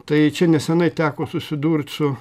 tai čia nesenai teko susidurt su